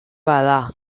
bada